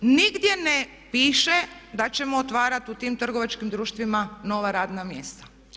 Nigdje ne piše da ćemo otvarati u tim trgovačkim društvima nova radna mjesta.